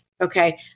okay